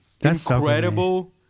incredible